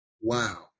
Wow